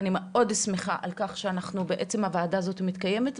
ואני מאוד שמחה על כך שהוועדה הזאת מתקיימת,